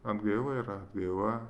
atgaila yra atgaila